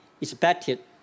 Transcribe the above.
expected